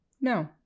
no